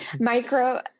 micro